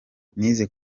nize